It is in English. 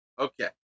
Okay